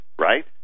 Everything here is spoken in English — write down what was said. right